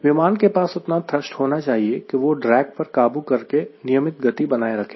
विमान के पास उतना थ्रस्ट होना चाहिए कि वह ड्रैग पर काबू करके नियमित गति बनाए रखें